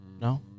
No